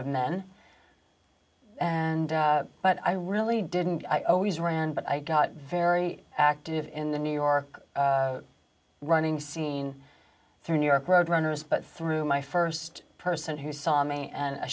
of men and but i really didn't i always ran but i got very active in the new york running scene through new york road runners but through my st person who saw me and a